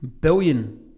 Billion